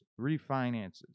refinances